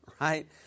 right